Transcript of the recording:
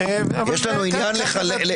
היית צריך להיות במשטרה,